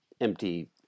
empty